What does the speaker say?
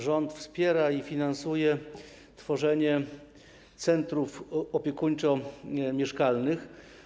Rząd wspiera i finansuje tworzenie centrów opiekuńczo-mieszkalnych.